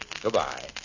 Goodbye